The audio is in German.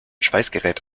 schweißgerät